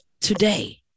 today